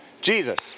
Jesus